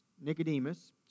Nicodemus